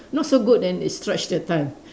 not so good then they stretch the time